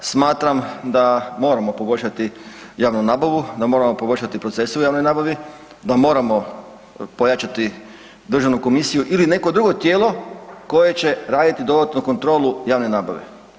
Smatram da moramo poboljšati javnu nabavu, da moramo poboljšati procese u javnoj nabavi, da moramo pojačati državnu komisiju ili neko drugo tijelo koje će raditi dodatnu kontrolu javne nabave.